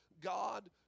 god